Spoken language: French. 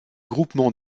groupements